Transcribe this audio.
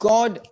God